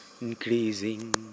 Increasing